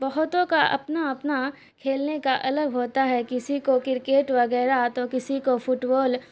بہتوں کا اپنا اپنا کھیلنے کا الگ ہوتا ہے کسی کو کرکٹ وغیرہ تو کسی کو فٹ بال